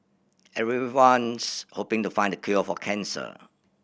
everyone's hoping to find the cure for cancer